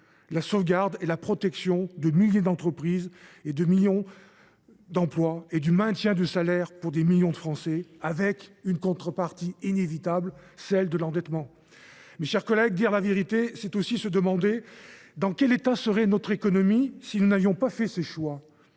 la sauvegarde et la protection de milliers d’entreprises, le maintien du salaire de millions de Français, avec une contrepartie inévitable : celle de l’endettement. Très bien ! Mes chers collègues, dire la vérité, c’est aussi se demander dans quel état serait notre économie si nous n’avions pas fait ces choix.